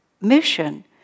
mission